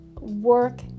work